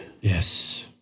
Yes